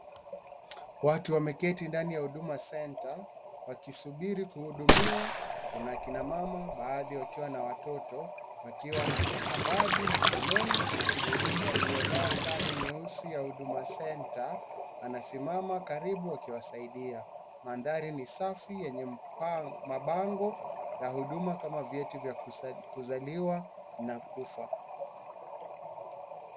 Watu wemeketi ndani ya huduma center, wakisubiri kuhudumiwa. Kuna akina mama, baadhi wakiwa na watoto, wakiwa na sitakabadhi mikononi. Mhudumu aliyevaa sare nyeusi ya huduma center, anasimama karibu karibu akiwasaidia. Mandhari ni safi, yenye mpango, mabango ya huduma kama vyeti vya kuza, kuzaliwa na kufa.